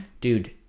dude